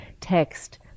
text